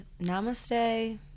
namaste